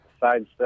sidestep